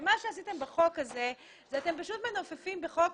מה שעשיתם בחוק הזה, אתם פשוט מנופפים בחוק